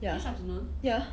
ya ya